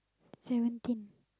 seventeen